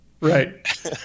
Right